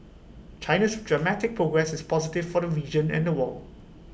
China's dramatic progress is positive for the region and the world